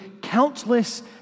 countless